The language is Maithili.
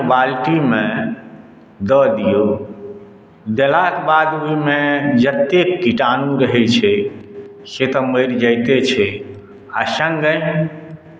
पानिक बाल्टीमे दऽ दियौ देलाक बाद ओहिमे जतैक कीटाणु रहै छै से तऽ मरि जाइते छै आ सङ्गे